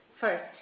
First